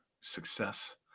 success